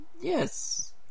yes